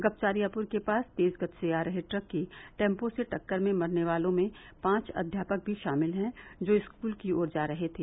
गपचारियापुर के पास तेज गति से आ रहे ट्रक की टैम्पो से टक्कर में मरने वालों में पांच अध्यापक भी शामिल हैं जो स्कूल की ओर जा रहे थे